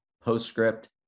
PostScript